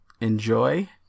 enjoy